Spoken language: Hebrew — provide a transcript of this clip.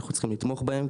אנחנו צריכים לתמוך בהם,